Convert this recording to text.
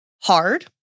hard